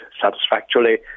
satisfactorily